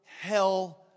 hell